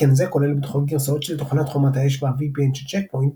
התקן זה כולל בתוכו גרסאות של תוכנת חומת האש וה- VPN של צ’ק פוינט,